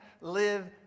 live